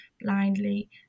blindly